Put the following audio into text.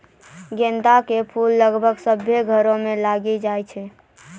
गेंदा के फूल लगभग सभ्भे घरो मे लगैलो जाय छै